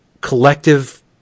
collective